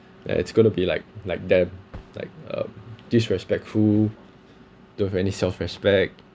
yeah it's going to be like like them like um disrespectful don't have any self respect